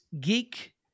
geek